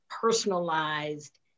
personalized